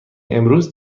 امروز